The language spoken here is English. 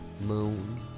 moon